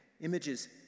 Images